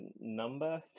number